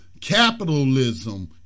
capitalism